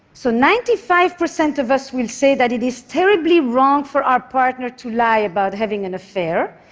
so ninety five percent of us will say that it is terribly wrong for our partner to lie about having an affair,